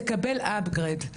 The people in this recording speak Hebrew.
תקבל אפגרייד.